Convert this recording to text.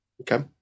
Okay